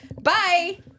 Bye